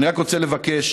אני רק רוצה לבקש,